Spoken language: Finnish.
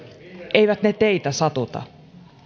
eivät ne teitä satuta